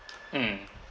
mm